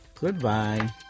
Goodbye